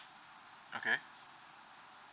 okay